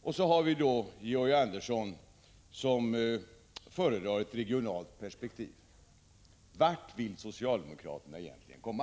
Och så har vi då Georg Andersson, som föredrar ett regionalt perspektiv. Vart vill socialdemokraterna egentligen komma?